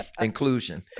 inclusion